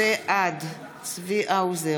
האוזר,